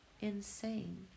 insane